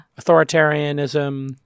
Authoritarianism